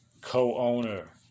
co-owner